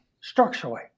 structurally